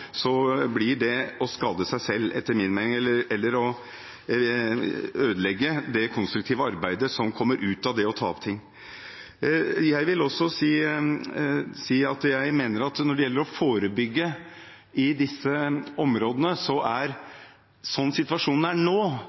etter min mening å skade seg selv eller å ødelegge det konstruktive arbeidet som kommer ut av det å ta opp ting. Jeg vil også si at når det gjelder å forebygge i disse områdene, er – slik situasjonen er nå